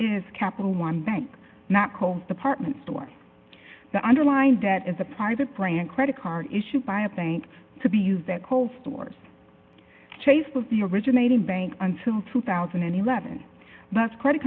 is capital one bank not home department store the underlined that is a private brand credit card issued by a bank to be used that holds stores trace of the originating bank until two thousand and eleven but credit